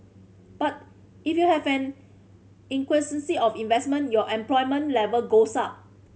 but if you have an of investment your unemployment level goes up